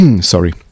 sorry